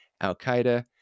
Al-Qaeda